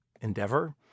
endeavor